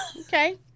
okay